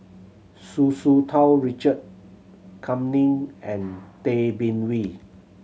Hu Tsu Tau Richard Kam Ning and Tay Bin Wee